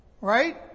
Right